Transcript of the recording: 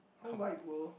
whole wide world